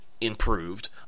improved